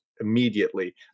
immediately